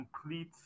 complete